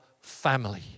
family